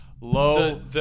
low